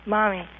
Mommy